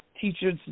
teachers